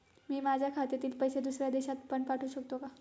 मी माझ्या खात्यातील पैसे दुसऱ्या देशात पण पाठवू शकतो का?